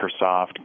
Microsoft